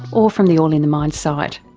or from the all in the mind site.